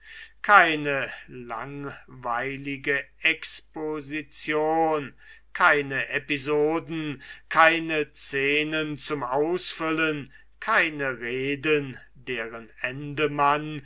keine langweilige exposition keine episoden keine scenen zum ausfüllen keine reden deren ende man